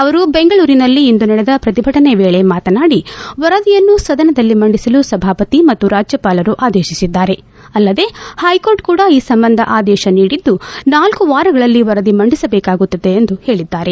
ಅವರು ಬೆಂಗಳೂರಿನಲ್ಲಿಂದು ನಡೆದ ಪ್ರತಿಭಟನೆ ವೇಳೆ ಮಾತನಾಡಿ ವರದಿಯನ್ನು ಸದನದಲ್ಲಿ ಮಂಡಿಸಲು ಸಭಾಪತಿ ಮತ್ತು ರಾಜ್ಯವಾಲರು ಆದೇತಿಸಿದ್ದಾರೆ ಅಲ್ಲದೆ ಹೈಕೋರ್ಟ್ ಕೂಡ ಈ ಸಂಬಂಧ ಆದೇತ ನೀಡಿದ್ದು ನಾಲ್ಲು ವಾರಗಳಲ್ಲಿ ವರದಿ ಮಂಡಿಸಬೇಕಾಗುತ್ತದೆ ಎಂದು ಹೇಳಿದ್ದಾರೆ